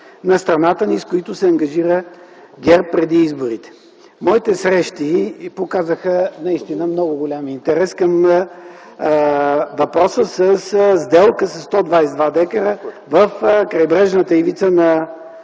на страната ни, с които се ангажира ГЕРБ преди изборите. Моите срещи показаха наистина много голям интерес към въпроса със сделка за 122 декара в крайбрежната ивица на